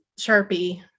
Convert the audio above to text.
sharpie